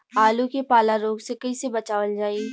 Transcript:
आलू के पाला रोग से कईसे बचावल जाई?